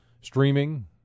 streaming